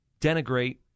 denigrate